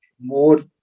more